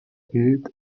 gilt